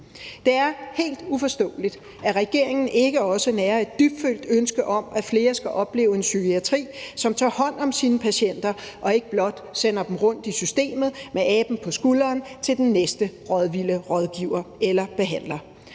Det er helt uforståeligt, at regeringen ikke også nærer et dybtfølt ønske om, at flere skal opleve en psykiatri, som tager hånd om sine patienter, og som ikke blot sender dem rundt i systemet med aben på skulderen til den næste rådvilde rådgiver eller behandler.